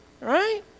right